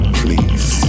please